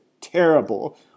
terrible